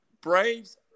Braves